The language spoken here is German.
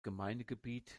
gemeindegebiet